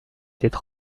étaient